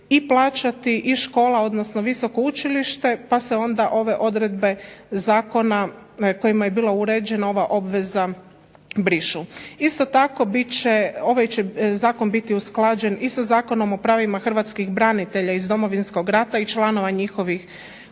i plaćati i škola odnosno visoko učilište pa se onda ove odredbe zakona kojima je bila uređena ova obveza brišu. Isto tako ovaj zakon bit će usklađen i sa Zakonom o pravima Hrvatskih branitelja iz Domovinskog rata i članova njihovih